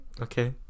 Okay